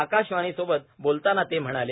आकाशवाणीसोबत बोलताना ते म्हणाले